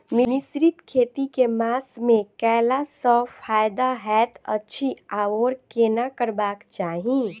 मिश्रित खेती केँ मास मे कैला सँ फायदा हएत अछि आओर केना करबाक चाहि?